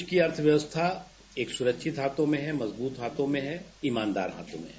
देश की अर्थव्यवस्था एक सुरक्षित हाथों में है मज़बूत हाथों में है ईमानदार हाथों में है